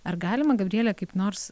ar galima gabriele kaip nors